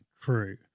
crew